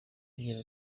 agira